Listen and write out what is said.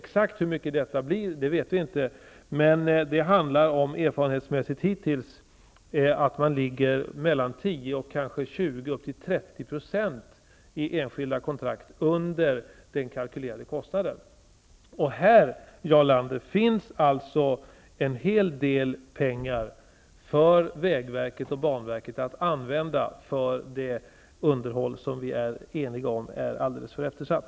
Vi vet inte exakt hur stor den är. Men erfarenhetsmässigt hittills handlar det om 10-30 % under den kalkylerade kostnaden i enskilda kontrakt. Här finns, Jarl Lander, en hel del pengar för vägverket och banverket att använda för det underhåll som vi är eniga om är alldeles för eftersatt.